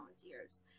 volunteers